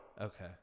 Okay